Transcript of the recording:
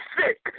sick